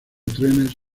trenes